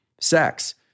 sex